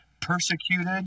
persecuted